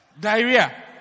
Diarrhea